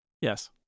Yes